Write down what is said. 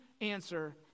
answer